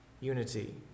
unity